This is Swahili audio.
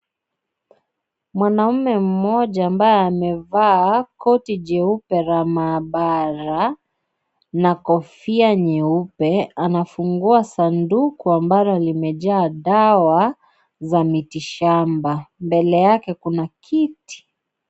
Mwanaume mmoja ambaye amevaa koti jeupe la maabara na kofia nyeupe anafungua sanduku ambalo limejaa dawa za mitishamba. Mbele yake kuna kiti.